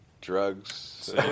drugs